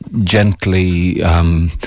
gently